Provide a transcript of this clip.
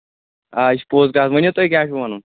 آ یہِ چھِ پوٚز کَتھ ؤنِو تُہۍ کیٛاہ چھُ وَنُن